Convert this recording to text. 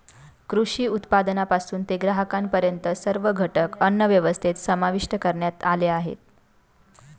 कृषी उत्पादनापासून ते ग्राहकांपर्यंत सर्व घटक अन्नव्यवस्थेत समाविष्ट करण्यात आले आहेत